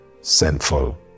sinful